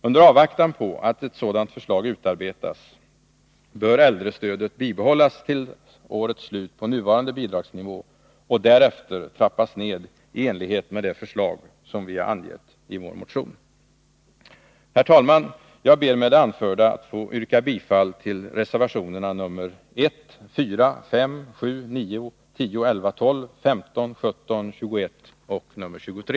Under avvaktan på att ett sådant förslag utarbetas bör äldrestödet bibehållas på nuvarande bidragsnivå till årets slut och därefter trappas ned i enlighet med det förslag som vi angett i vår motion. Herr talman! Jag ber med det anförda att få yrka bifall till reservationerna nr 1,4; 5, .7; 9, 10, 11512; 15517; 21 öch 23;